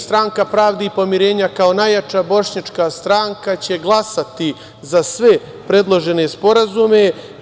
Stranka pravde i pomirenja, kao najjača bošnjačka stranka, glasaće za sve predložene sporazume.